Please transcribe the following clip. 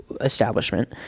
establishment